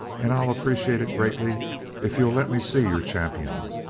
and i'll appreciate it greatly if you'll let me see your champion.